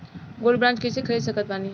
Gold bond कईसे खरीद सकत बानी?